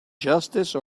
justice